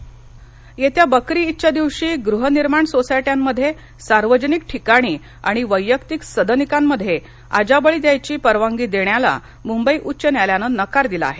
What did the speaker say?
न्यायालय येत्या बकरी ईदच्या दिवशी गृहनिर्माण सोसायट्यांमध्ये सार्वजनिक ठिकाणी आणि वैयक्तिक सदनिकांमध्ये अजाबळी द्यायघी परवानगी देण्याला मुंबई उच्च न्यायालयानं नकार दिला आहे